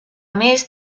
més